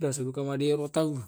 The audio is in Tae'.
biasa terlibat duka.